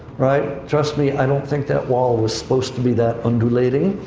right? trust me, i don't think that wall was supposed to be that undulating.